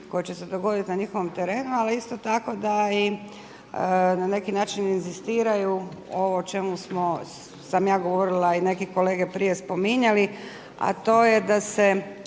koje će se dogoditi na njihovom terenu ali isto tako da i na neki način inzistiraju ovo o čemu smo, sam ja govorila i neki kolege prije spominjali a to je da se